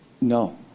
No